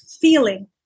feeling